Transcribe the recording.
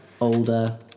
older